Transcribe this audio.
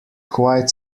quite